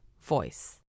voice